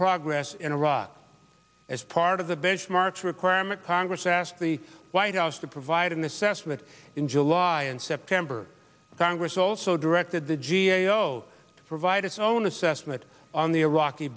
progress in iraq as part of the benchmarks requirement congress asked the white house to provide an assessment in july and september the congress also directed the g a o to provide its own assessment on the iraq